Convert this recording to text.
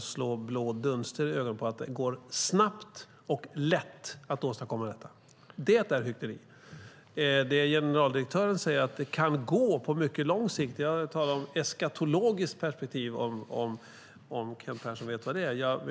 slå blå dunster i ögonen på någon att säga att det går snabbt och lätt att åstadkomma detta. Det är hyckleri. Generaldirektören säger att det kan gå på mycket lång sikt. Jag talar om ett eskatologiskt perspektiv, om Kent Persson vet vad det är.